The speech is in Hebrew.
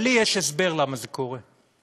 לי יש הסבר למה זה קורה,